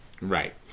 right